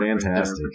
fantastic